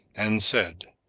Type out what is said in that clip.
and said,